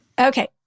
Okay